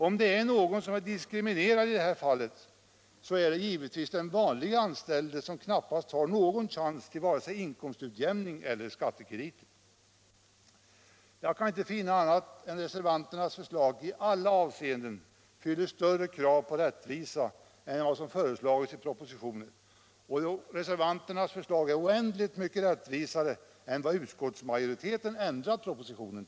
Om det är någon som = m.m. är diskriminerad i detta fall så är det givetvis den vanlige anställde som knappast har någon chans till vare sig inkomstutjämning eller skattekrediter. Jag kan inte finna annat än att reservanternas förslag i alla avseenden fyller större krav på rättvisa än vad som föreslagits i propositionen, och reservanternas förslag är oändligt mycket rättvisare än den skrivning som utskottsmajoriteten föreslagit med ändring av propositionen.